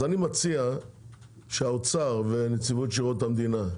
אז אני מציע שהאוצר ונציבות שירות המדינה,